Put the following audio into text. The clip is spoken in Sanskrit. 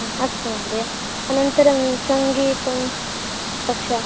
अ अस्तु महोदय अनन्तरं सङ्गीतकक्षा